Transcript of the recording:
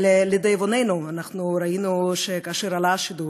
אבל לדאבוננו, ראינו שכאשר עלה השידור,